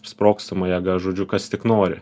sprogstama jėga žodžiu kas tik nori